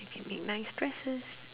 we can make nice dresses